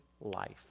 life